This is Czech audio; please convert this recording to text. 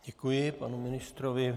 Děkuji panu ministrovi.